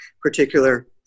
particular